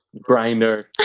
grinder